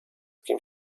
kim